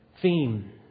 theme